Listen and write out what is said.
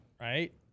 right